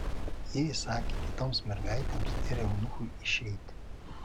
ji įsakė kitoms mergaitėms ir eunuchui išeiti